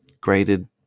graded